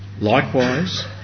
Likewise